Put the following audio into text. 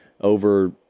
over